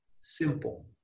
simple